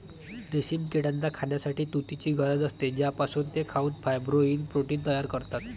रेशीम किड्यांना खाण्यासाठी तुतीची गरज असते, ज्यापासून ते खाऊन फायब्रोइन प्रोटीन तयार करतात